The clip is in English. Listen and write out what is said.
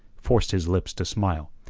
forced his lips to smile,